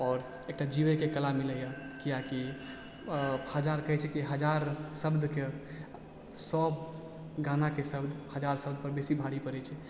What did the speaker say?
आओर एकटा जिबैके कला मिलै यऽ किएकि अऽ हजार कहै छै कि हजार शब्दके सब गानाके शब्द हजार शब्द पर बेसी भाड़ी पड़ै छै